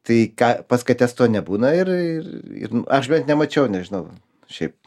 tai ką pas kates to nebūna ir ir aš bent nemačiau nežinau šiaip